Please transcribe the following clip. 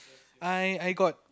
I I got